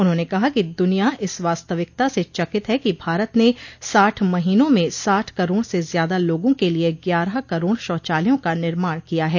उन्होंने कहा कि दूनिया इस वास्तविकता से चकित है कि भारत ने साठ महीनों में साठ करोड़ से ज़्यादा लोगों के लिये ग्यारह करोड़ शौचालयों का निर्माण किया है